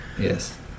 yes